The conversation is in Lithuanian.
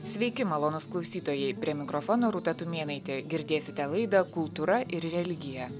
sveiki malonūs klausytojai prie mikrofono rūta tumėnaitė girdėsite laidą kultūra ir religija